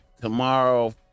tomorrow